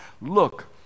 look